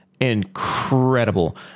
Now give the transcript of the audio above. incredible